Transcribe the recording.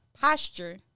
posture